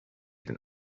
den